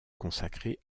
consacré